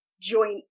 joint